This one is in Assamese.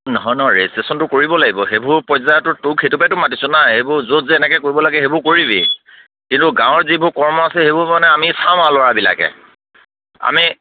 নহয় নহয় ৰেজিষ্ট্ৰেশ্যনটো কৰিব লাগিব সেইবোৰ পৰ্যায়টো তোক সেইটোপাইতো মাতিছোঁ না সেইবোৰ য'ত যেনেকে কৰিব লাগে সেইবোৰ কৰিবি কিন্তু গাঁৱৰ যিবোৰ কৰ্ম আছে সেইবোৰ মানে আমি চাম আৰু ল'ৰাবিলাকে আমি